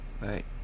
Right